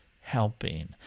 helping